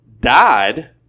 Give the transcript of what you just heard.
died